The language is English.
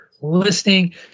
listening